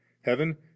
heaven